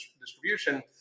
distribution